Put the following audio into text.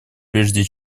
прежде